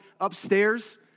upstairs